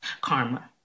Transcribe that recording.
Karma